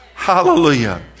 Hallelujah